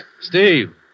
Steve